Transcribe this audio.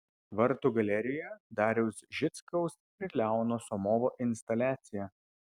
vartų galerijoje dariaus žickaus ir leono somovo instaliacija